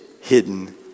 hidden